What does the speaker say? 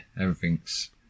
everything's